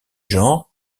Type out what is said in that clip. genre